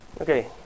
Okay